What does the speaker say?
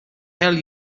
hell